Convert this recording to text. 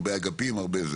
הרבה אגפים וכו'.